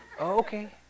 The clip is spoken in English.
Okay